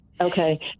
Okay